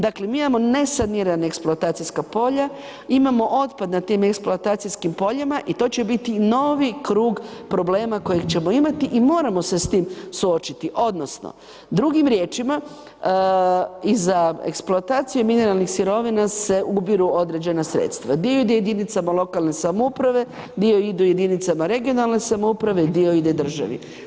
Dakle, mi imamo nesanirana eksploatacijska polja, imamo otpad nad tim eksploatacijskim poljima i to će biti novi krug problema kojeg ćemo imati i moramo se s tim suočiti odnosno drugim riječima, i za eksploataciju mineralnih sirovina se ubiru određena sredstva, dio ide jedinicama lokalne samouprave, dio ide jedinica regionalne samouprave, dio ide državi.